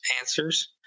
answers